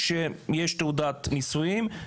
וזאת כשיש תעודת נישואין,